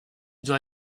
doit